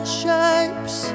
shapes